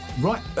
Right